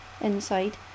inside